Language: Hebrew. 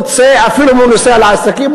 אפילו אם הוא נוסע לצורכי עסקים,